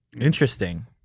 Interesting